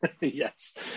Yes